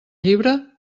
llibre